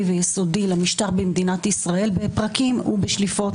ויסודי כל כך למשטר במדינת ישראל בפרקים ובשליפות.